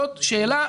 זאת שאלה.